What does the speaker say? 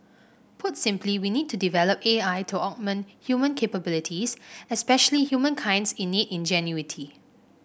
put simply we need to develop A I to augment human capabilities especially humankind's innate ingenuity